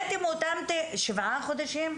שבעה חודשים?